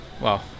Wow